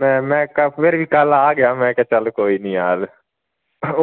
ਮੈਂ ਮੈਂ ਕਾਫੀ ਵਾਰੀ ਵੀ ਕੱਲ੍ਹ ਆ ਗਿਆ ਮੈਂ ਕਿਹਾ ਚੱਲ ਕੋਈ ਨਹੀਂ ਯਾਰ